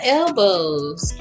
elbows